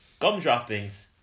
Gumdroppings